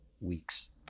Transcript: weeks